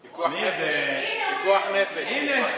הינה,